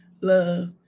Love